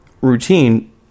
Routine